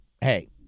hey